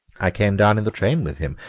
i came down in the train with him,